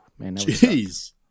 jeez